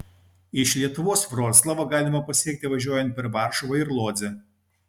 iš lietuvos vroclavą galima pasiekti važiuojant per varšuvą ir lodzę